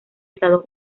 estados